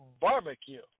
barbecue